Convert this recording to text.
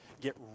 get